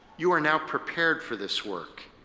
you are now prepared for this work.